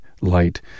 light